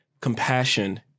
compassion